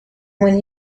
when